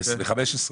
ב-15.